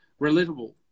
relatable